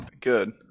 Good